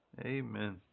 Amen